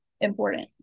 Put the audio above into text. important